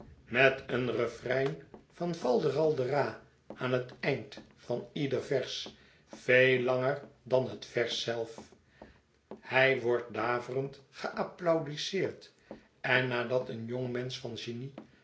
met een refrein van falderaldera aan het eind van ieder vers veel langer dan het vers zelf hij wordt daverend geapplaudiseerd en nadat een jongmensch van genie